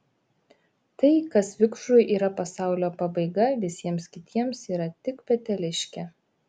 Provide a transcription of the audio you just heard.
tai kas vikšrui yra pasaulio pabaiga visiems kitiems yra tik peteliškė